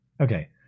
Okay